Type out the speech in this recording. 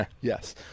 Yes